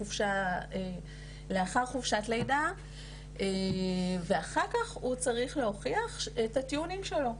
חופשה שלאחר חופשת לידה ואחר כך הוא צריך להוכיח את הטיעונים שלו,